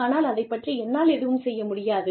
ஆனால் அதைப் பற்றி என்னால் எதுவும் செய்ய முடியாது